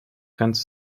ganz